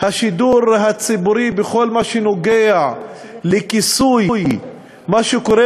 השידור הציבורי בכל מה שקשור לכיסוי מה שקורה